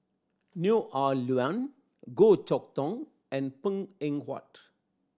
Neo Ah Luan Goh Chok Tong and Png Eng Huat